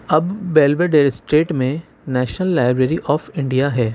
اب Belvedere Estate میں National Library of India ہے